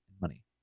money